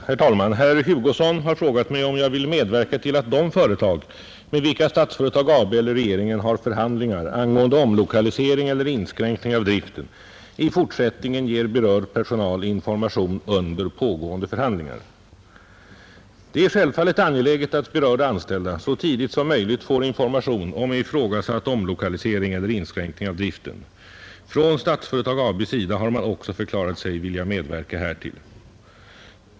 Herr talman! Herr Hugosson har frågat mig om jag vill medverka till att de företag med vilka Statsföretag AB eller regeringen har förhandlingar angående omlokalisering eller inskränkning av driften i fortsättningen ger berörd personal information under pågående förhandlingar. Det är självfallet angeläget att berörda anställda så tidigt som möjligt får information om ifrågasatt omlokalisering eller inskränkning av driften. Från Statsföretag AB:s sida har man också förklarat sig vilja medverka härtill.